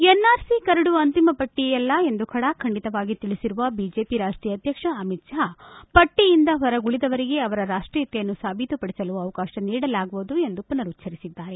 NRC ಕರಡು ಅಂತಿಮ ಪಟ್ಟಿಯಲ್ಲ ಎಂದು ಖಡಾಖಂಡಿತವಾಗಿ ತಿಳಿಸಿರುವ ಬಿಜೆಪಿ ರಾಷ್ಷೀಯ ಅಧ್ಯಕ್ಷ ಅಮಿತ್ ಷಾ ಪಟ್ಟಯಿಂದ ಹೊರಗುಳಿದವರಿಗೆ ಅವರ ರಾಷ್ಷೀಯತೆಯನ್ನು ಸಾಬೀತುಪಡಿಸಲು ಅವಕಾಶ ನೀಡಲಾಗುವುದು ಎಂದು ಪುನರುಚ್ಚರಿಸಿದ್ದಾರೆ